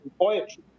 poetry